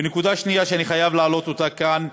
ונקודה שנייה שאני חייב להעלות כאן,